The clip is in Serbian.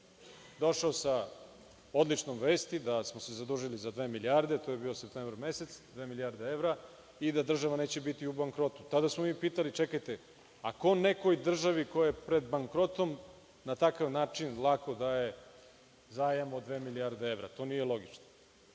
došao sa odličnom vesti da smo se zadužili za dve milijarde, to je bio septembar mesec, i da država neće biti u bankrotstvu. Tada smo pitali – čekajte, ko nekoj državi koja je pred bankrotom na takav način lako daje zajam od dve milijarde evra? To nije logično.